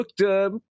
looked